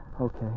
Okay